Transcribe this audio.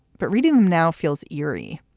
but reading them now feels eerie.